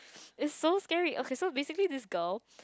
it's so scary okay so basically this girl